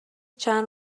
چند